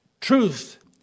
truth